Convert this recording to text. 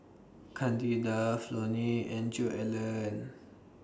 Candida Flonnie and Joellen